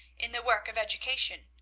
in the work of education.